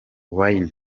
wayne